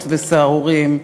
ו"סהרורים".